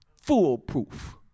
foolproof